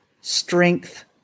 strength